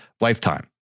lifetime